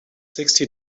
sixty